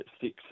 six